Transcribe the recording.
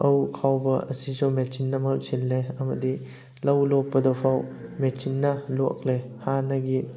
ꯂꯧ ꯈꯥꯎꯕ ꯑꯁꯤꯁꯨ ꯃꯦꯆꯤꯟꯅ ꯃꯍꯨꯠ ꯁꯤꯜꯂꯦ ꯑꯃꯗꯤ ꯂꯧ ꯂꯣꯛꯄꯗꯐꯥꯎ ꯃꯦꯆꯤꯟꯅ ꯂꯣꯛꯂꯦ ꯍꯥꯟꯅꯒꯤ